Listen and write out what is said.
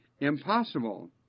impossible